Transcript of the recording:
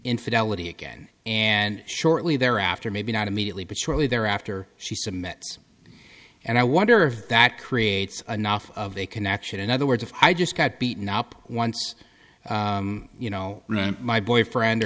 infidelity again and shortly thereafter maybe not immediately but shortly thereafter she submits and i wonder if that creates enough of a connection in other words if i just got beaten up once you know my boyfriend